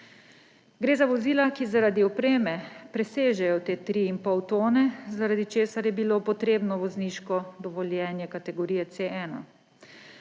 Gre za vozila, ki zaradi opreme presežejo te 3,5 tone, zaradi česar je bilo potrebno vozniško dovoljenje kategorije C1.